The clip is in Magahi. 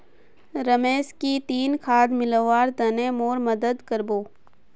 रमेश की ती खाद मिलव्वार तने मोर मदद कर बो